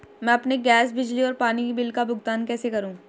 मैं अपने गैस, बिजली और पानी बिल का भुगतान कैसे करूँ?